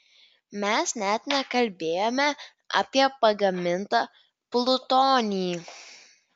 mes net nekalbėjome apie pagamintą plutonį